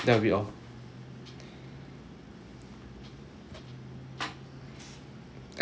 thank you